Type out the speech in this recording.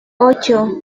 ocho